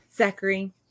Zachary